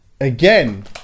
again